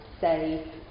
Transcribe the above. say